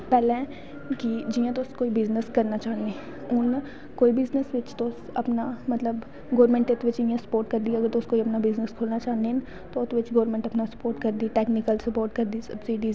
पैह्लैं जियां कि तुस कोई बिजनस करनां चाह्ने हून कोई बिजनस बिच्च तुस अपना गौरमैंट बी उत्त बिच्च स्पोट करदी ऐ अगर तुस कोई बिजनस खोलनां चाह्ने न तां उत्त बिच्च गौरमैंट अपना स्पोट करदी ऐ टैकनिकल स्पोट करदा सबसीडीस